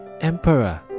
emperor